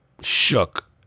shook